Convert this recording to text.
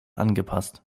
angepasst